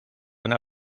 una